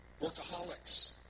workaholics